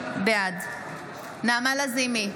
בעד נעמה לזימי,